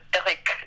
Eric